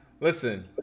Listen